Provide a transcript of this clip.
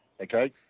Okay